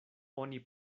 oni